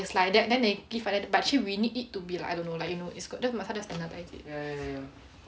it's like that then they give like that but actually we need it to be like I don't know like you know then might as well just standardised